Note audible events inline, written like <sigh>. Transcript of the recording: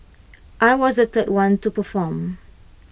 <noise> I was the third one to perform